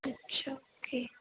अच्छा ओके